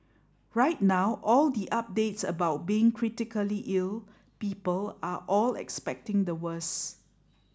right now all the updates about being critically ill people are all expecting the worse